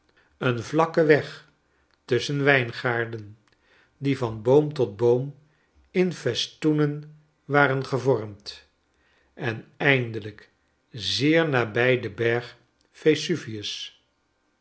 een vlakke weg tusschen wijngaarden die van boom tot boom in festoenen waren gevormd en eindelijk zeer nabij de berg vesuvius